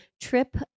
trip